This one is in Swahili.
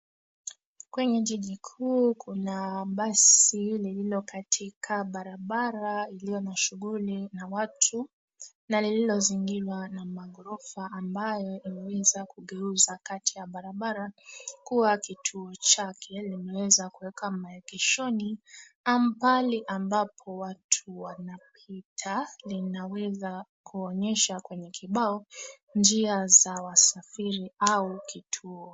Kwenye jiji kuu kuna basi lililo katika barabara iliyo na shughuli na watu na lililozingirwa na maghorofa ambayo imeweza kugeuza kati ya barabara kuwa kituo chake. Limeweza kuweka maegeshoni ambali ambapo watu wanapita. Linaweza kuonyesha kwenye kibao, njia za wasafiri au kituo.